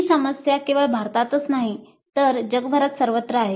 ही समस्या केवळ भारतातच नाही तर जगभरात सर्वत्र आहे